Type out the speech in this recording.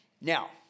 Now